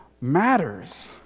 matters